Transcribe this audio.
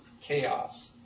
chaos